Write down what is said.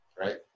Right